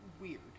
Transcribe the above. weird